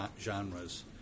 genres